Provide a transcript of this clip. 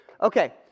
Okay